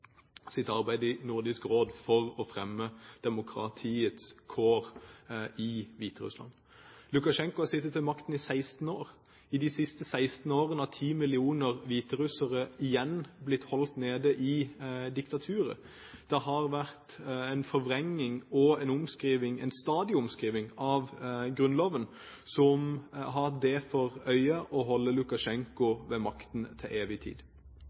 sitt arbeid i Nordisk Råd, for å fremme demokratiets kår i Hviterussland. Lukasjenko har sittet med makten i 16 år. I de siste 16 årene har 10 millioner hviterussere blitt holdt nede i diktaturet. Det har vært en forvrengning og en stadig omskrivning av grunnloven, som har det for øye å holde Lukasjenko ved makten til evig tid.